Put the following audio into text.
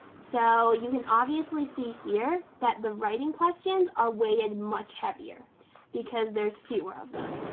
so you can obviously see here that the writing questions are weighted much heavier because there's fewer of them